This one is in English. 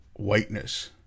whiteness